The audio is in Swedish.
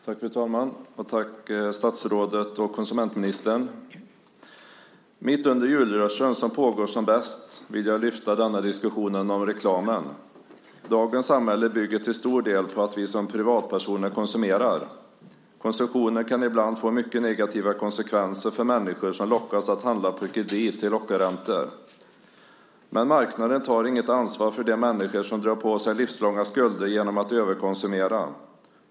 Fru talman! Först vill jag tacka statsrådet och tillika konsumentministern för svaret. Mitt under den julrusch som pågår som bäst vill jag lyfta fram diskussionen om reklam. Dagens samhälle bygger till stor del på att vi som privatpersoner konsumerar. Konsumtionen kan ibland få mycket negativa konsekvenser för människor som lockas att handla på kredit till ockerräntor. Men marknaden tar inget ansvar för de människor som drar på sig livslånga skulder genom att överkonsumera.